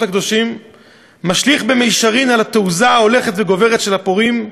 קדושים משליכה במישרין על התעוזה ההולכת וגוברת של הפורעים.